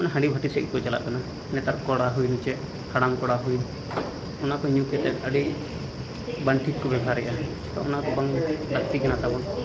ᱚᱱᱟ ᱦᱟᱸᱰᱤ ᱵᱷᱟᱹᱴᱤ ᱥᱮᱫ ᱜᱮᱠᱚ ᱪᱟᱞᱟᱜ ᱠᱟᱱᱟ ᱱᱮᱛᱟᱨ ᱠᱚᱲᱟ ᱦᱩᱭᱱᱟ ᱪᱮ ᱦᱟᱲᱟᱢ ᱠᱚᱲᱟ ᱦᱩᱭᱮᱱ ᱚᱱᱟ ᱠᱚ ᱧᱩ ᱠᱟᱛᱮᱫ ᱟᱹᱰᱤ ᱵᱟᱝ ᱴᱷᱤᱠ ᱠᱚ ᱵᱮᱵᱷᱟᱨᱮᱫᱼᱟ ᱛᱚ ᱚᱱᱟ ᱠᱚ ᱵᱟᱝ ᱞᱟᱹᱠᱛᱤ ᱠᱟᱱᱟ ᱛᱟᱵᱚᱱ